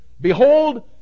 Behold